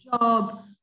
job